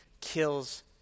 kills